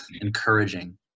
encouraging